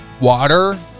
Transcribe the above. water